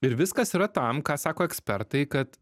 ir viskas yra tam ką sako ekspertai kad